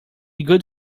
good